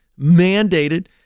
mandated